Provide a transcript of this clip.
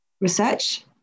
research